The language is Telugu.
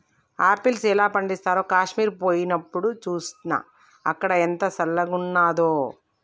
ఆపిల్స్ ఎలా పండిస్తారో కాశ్మీర్ పోయినప్డు చూస్నా, అక్కడ ఎంత చల్లంగున్నాదో